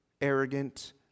arrogant